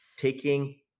taking